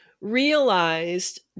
realized